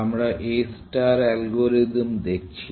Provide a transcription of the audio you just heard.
আমরা A star algorithm দেখছি